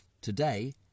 today